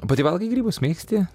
pati valgai grybus mėgsti